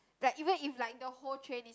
that even if like in the whole train is